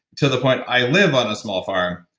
to the point i live on a small farm.